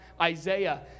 Isaiah